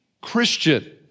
Christian